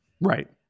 Right